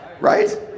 Right